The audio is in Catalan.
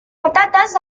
patates